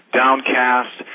downcast